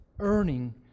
Earning